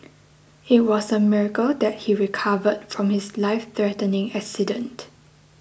it was a miracle that he recovered from his life threatening accident